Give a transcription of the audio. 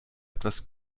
etwas